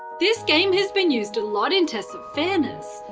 this game has been used a lot in tests of fairness.